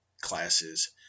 classes